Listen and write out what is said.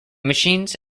machines